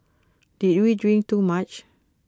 did we drink too much